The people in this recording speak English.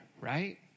right